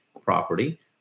property